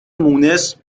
مونس